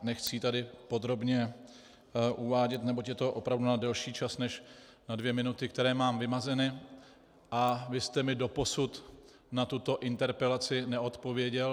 Nechci ji tady podrobně uvádět, neboť je to opravdu na delší čas než na dvě minuty, které mám vymezeny, a vy jste mi doposud na tuto interpelaci neodpověděl.